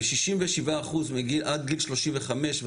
וששים ושבעה אחוז עד גיל 35,